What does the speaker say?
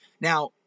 Now